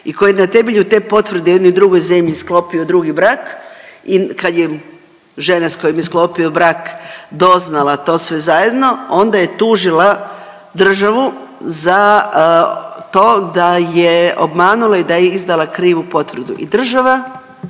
i koja je na temelju te potvrde u jednoj drugoj zemlji sklopio drugi brak i kad je žena s kojom se sklopio brak doznala to sve zajedno onda je tužila državu za to da je obmanula i da je izdala krivu potvrdu i država